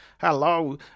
hello